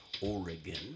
Oregon